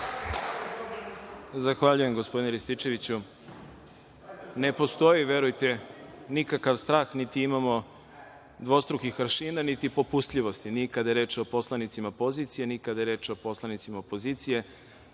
Zahvaljujem gospodine Rističeviću. Ne postoji verujte nikakav strah niti imamo dvostrukih aršina niti popustljivosti ni kada je reč o poslanicima pozicije ni kada je reč o poslanicima opozicije,